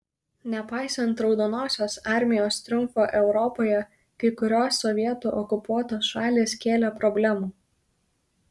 nepaisant raudonosios armijos triumfo europoje kai kurios sovietų okupuotos šalys kėlė problemų